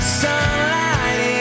sunlight